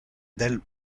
del